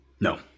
No